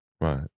Right